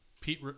Pete